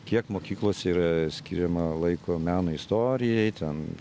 kiek mokyklose yra skiriama laiko meno istorijai ten